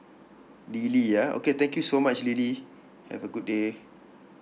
lily ah okay thank you so much lily have a good day